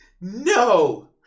No